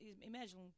Imagine